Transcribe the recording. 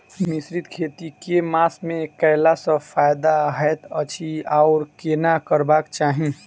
मिश्रित खेती केँ मास मे कैला सँ फायदा हएत अछि आओर केना करबाक चाहि?